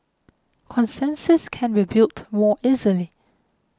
consensus can be built more easily